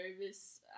nervous